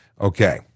Okay